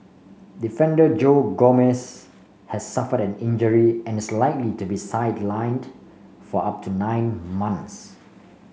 defender Joe Gomez has suffered an injury and is likely to be sidelined for up to nine months